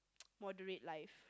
moderate life